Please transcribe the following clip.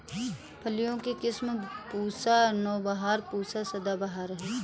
फलियों की किस्म पूसा नौबहार, पूसा सदाबहार है